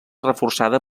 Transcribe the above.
reforçada